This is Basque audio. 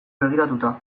begiratuta